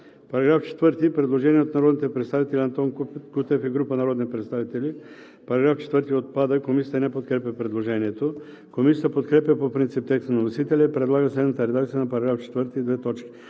По § 4 има предложение от народния представител Антон Кутев и група народни представители –§ 4 отпада. Комисията не подкрепя предложението. Комисията подкрепя по принцип текста на вносителя и предлага следната редакция на § 4: „§ 4. В чл.